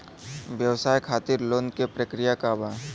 व्यवसाय खातीर लोन के प्रक्रिया का बा?